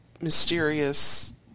mysterious